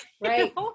Right